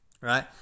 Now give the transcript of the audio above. Right